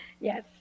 Yes